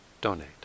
donate